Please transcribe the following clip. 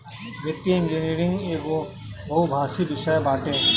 वित्तीय इंजनियरिंग एगो बहुभाषी विषय बाटे